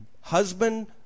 husband